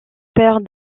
père